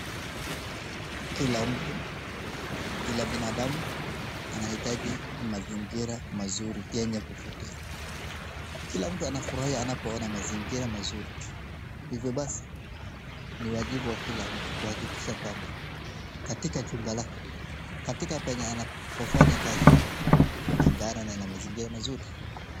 Kila mtu, kila binafamu nahitaji mazingira mazuri yenye kuvutia. Kila mtu anafurahi anapoona mazingira mzuri. Hivyo bsi ni wajibu wa kila mtu kuhakikisha kwamba katika chumba chake, katika mahali anafanya kazi kunang'ara na ni mahali pazuri.